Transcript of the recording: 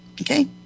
Okay